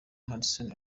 hudson